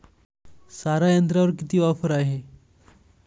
सारा यंत्रावर किती ऑफर आहे?